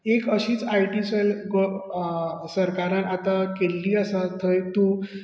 एक अशींच IT cell सरकारांन आतां केल्ली आसा थंय तूं